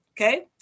Okay